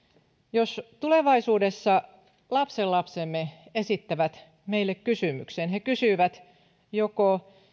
jos tulevaisuudessa lapsenlapsemme esittävät meille kysymyksen he kysyvät joko